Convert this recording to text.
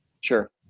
Sure